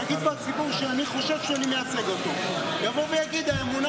ונגיד הציבור שאני חושב שאני מייצג אותו יבוא ויגיד: האמונה